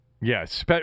Yes